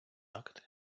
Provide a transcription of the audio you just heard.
акти